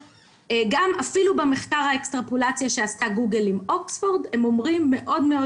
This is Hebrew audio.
אפילו במחקר האקסטרפולציה שעשתה גוגל עם אוקספורד נאמר מאוד מאוד